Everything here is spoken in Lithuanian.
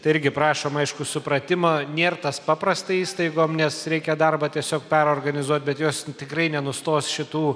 tai irgi prašom aišku supratimą nėr tas paprasta įstaigom nes reikia darbą tiesiog perorganizuot bet jos tikrai nenustos šitų